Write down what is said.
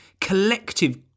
collective